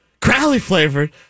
Crowley-flavored